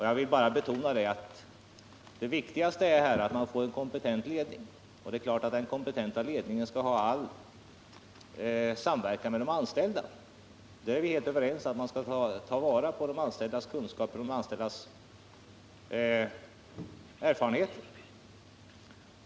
Jag vill betona att det viktigaste är att man får en kompetent ledning. Det är klart att denna kompetenta ledning skall samverka med de anställda. Vi är helt överens om att man skall ta vara på de anställdas kunskaper och erfarenheter.